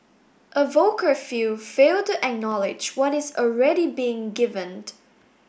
a vocal few fail to acknowledge what is already being given